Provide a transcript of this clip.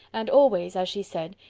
and always, as she said,